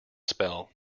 spell